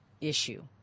issue